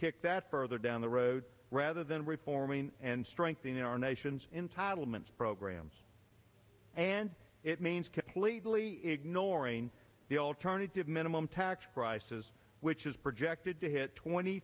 kick that further down the road rather than reforming and strengthening our nation's entitle ment's programs and it means completely ignoring the alternative minimum tax prices which is projected to hit twenty